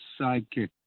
sidekick